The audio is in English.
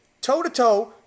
toe-to-toe